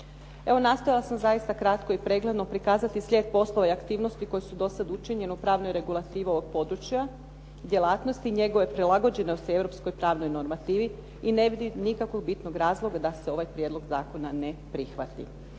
Evo, nastojala sam zaista kratko i pregledno prikazati slijed poslova i aktivnosti koje su do sada učinjene u pravnoj regulativi ovog područja, djelatnosti i njegove prilagođenosti europskoj pravnoj normativi i ne vidim nikakvog bitnog razloga da se ovaj prijedlog zakona ne prihvati.